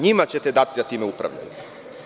Njima ćete dati da time upravljaju?